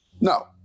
No